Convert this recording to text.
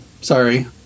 sorry